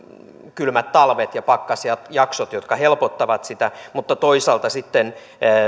kylmät talvet ja pakkasjaksot jotka helpottavat sitä mutta toisaalta sitten meidän